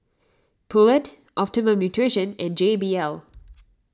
Poulet Optimum Nutrition and J B L